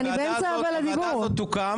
הוועדה הזאת תוקם,